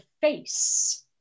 face